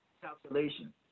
calculation